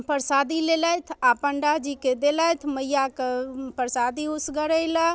परसादी लेलथि आओर पण्डाजीके देलथि मइआके परसादी उसरगैलए